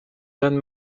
jeanne